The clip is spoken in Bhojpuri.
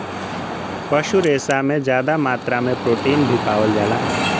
पशु रेसा में जादा मात्रा में प्रोटीन भी पावल जाला